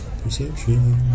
Perception